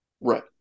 Right